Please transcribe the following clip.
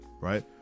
right